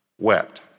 wept